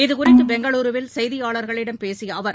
இது குறித்துபெங்களுருவில் செய்தியாளர்களிடம் பேசியஅவர்